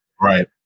right